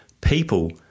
people